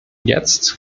jetzt